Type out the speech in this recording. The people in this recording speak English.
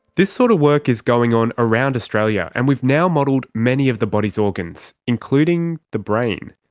this sort of work is going on around australia, and we've now modelled many of the body's organs, including the brain.